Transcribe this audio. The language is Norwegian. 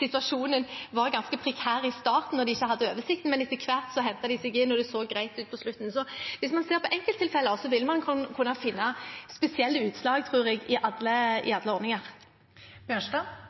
situasjonen var ganske prekær i starten da de ikke hadde oversikten, men etter hvert hentet de seg inn, og det så greit ut på slutten. Så hvis man ser på enkelttilfeller, vil man kunne finne spesielle utslag i alle ordninger. Det blir oppfølgingsspørsmål – Sivert Bjørnstad.